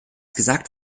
gesagt